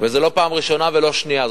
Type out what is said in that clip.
וזו לא פעם ראשונה ולא שנייה.